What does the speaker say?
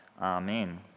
Amen